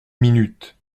minute